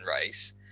race